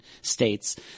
states